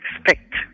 expect